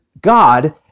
God